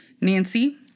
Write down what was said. Nancy